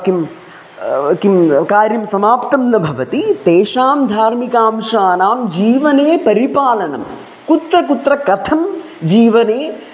किं किं कार्यं समाप्तं न भवति तेषां धार्मिकांशानां जीवने परिपालनं कुत्र कुत्र कथं जीवने